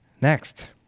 Next